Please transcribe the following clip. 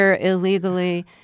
illegally